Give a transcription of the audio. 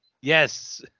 Yes